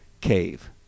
cave